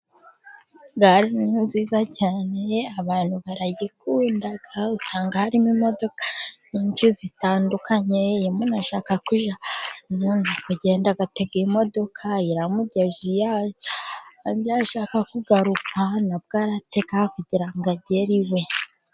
Gare ni nziza cyane abantu barayikunda usanga harimo imodoka nyinshi zitandukanye, iyo umuntu ashaka kujya ahantu n'ukugenda agatega imodoka iramugeza iyo ajya. Kandi iyo ashaka kugaruka na bwo aratega kugira ngo agere iwe.